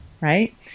right